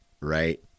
right